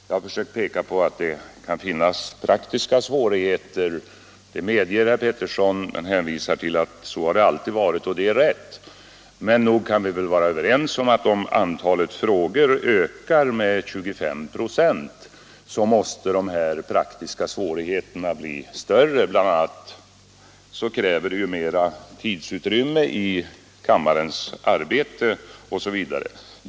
Jag har försökt peka på att det kan finnas praktiska svårigheter. Det medger herr Pettersson men hänvisar till att så har det alltid varit, och det är riktigt. Men nog kan vi väl vara överens om att om antalet frågor ökar med 25 96, måste de här praktiska svårigheterna bli större. Bl. a. krävs det ju mer tidsutrymme för kammarens arbete osv.